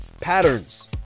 Patterns